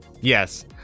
Yes